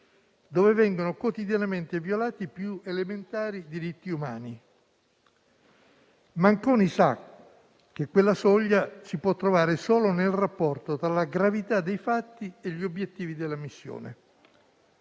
dove vengono quotidianamente violati i più elementari diritti umani. Manconi sa che quella soglia si può trovare solo nel rapporto tra la gravità dei fatti e gli obiettivi della missione.